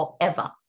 forever